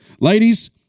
Ladies